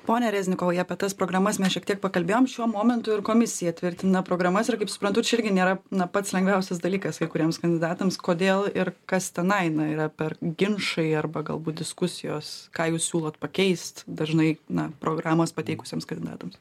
pone reznikovai apie tas problemas mes šiek tiek pakalbėjom šiuo momentu ir komisija tvirtina programas ir kaip suprantu čia irgi nėra na pats lengviausias dalykas kai kuriems kandidatams kodėl ir kas tenai na yra per ginčai arba galbūt diskusijos ką jūs siūlot pakeist dažnai na programos pateikusiems kandidatams